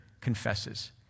confesses